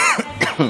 מס'